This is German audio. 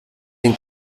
den